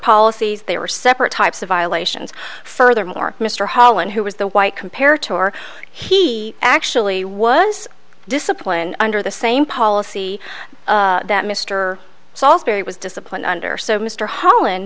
policies they were separate types of violations furthermore mr holland who was the white compare tour he actually was disciplined under the same policy that mr saulsbury was disciplined under so mr holland